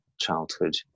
childhood